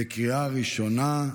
בקריאה ראשונה.